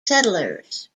settlers